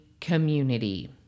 community